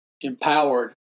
empowered